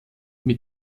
mit